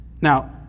Now